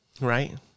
Right